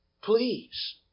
Please